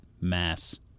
mass